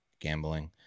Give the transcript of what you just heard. Gambling